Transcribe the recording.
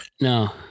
No